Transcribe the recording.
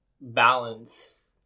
balance